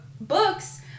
books